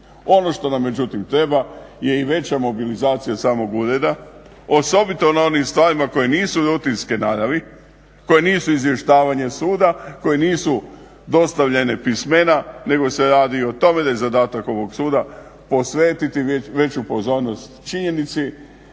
Ono što nam međutim treba je i veća mobilizacija samog ureda, osobito na onim stvarima koje nisu rutinske naravi, koje nisu izvještavanje suda, koje nisu dostavljene pismena, nego se radi o tome da je zadatak ovog suda posvetiti veću pozornost činjenici